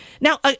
Now